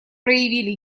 проявили